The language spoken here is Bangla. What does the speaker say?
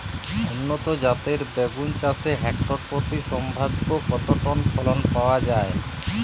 উন্নত জাতের বেগুন চাষে হেক্টর প্রতি সম্ভাব্য কত টন ফলন পাওয়া যায়?